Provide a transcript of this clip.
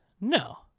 No